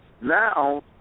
Now